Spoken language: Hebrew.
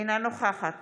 אינה נוכחת